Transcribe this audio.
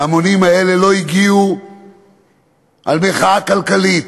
ההמונים האלה לא הגיעו על מחאה כלכלית,